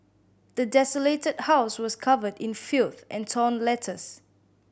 the desolated house was covered in filth and torn letters